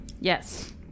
yes